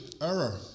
error